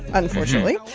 unfortunately.